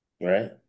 right